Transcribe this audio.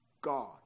God